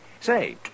Say